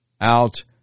out